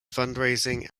fundraising